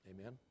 Amen